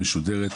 משודרת.